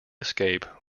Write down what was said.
escape